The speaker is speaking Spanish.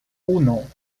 uno